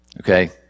Okay